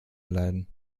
erleiden